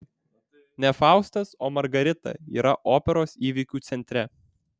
ne faustas o margarita yra operos įvykių centre